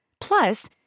Plus